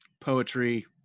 poetry